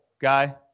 guy